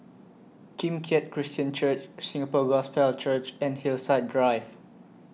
Kim Keat Christian Church Singapore Gospel Church and Hillside Drive